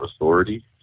authority